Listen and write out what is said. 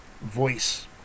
voice